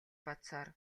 бодсоор